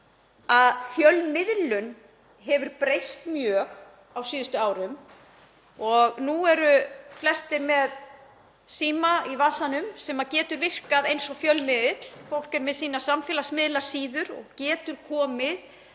að fjölmiðlun hefur breyst mjög á síðustu árum. Nú eru flestir með síma í vasanum sem getur virkað eins og fjölmiðill. Fólk er með sínar samfélagsmiðlasíður og getur komið